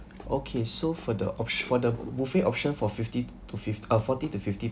okay so for the opt~ for the buffet option for fifty to fift~ uh forty to fifty